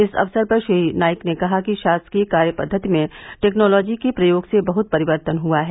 इस अवसर पर श्री नाईक ने कहा कि शासकीय कार्यपद्वति में टेक्नोलॉजी के प्रयोग से बहुत परिवर्तन हुआ है